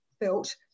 felt